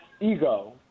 ego